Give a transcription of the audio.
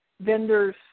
vendors